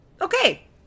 Okay